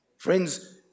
Friends